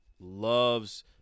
loves